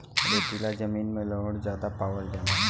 रेतीला जमीन में लवण ज्यादा पावल जाला